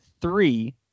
three